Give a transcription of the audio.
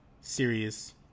serious